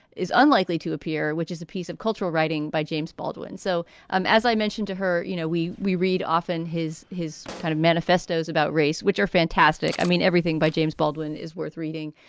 is unlikely to appear, which is a piece of cultural writing by james baldwin. so um as i mentioned to her, you know, we we read often his his kind of manifestos about race, which are fantastic. i mean, everything by james baldwin is worth reading.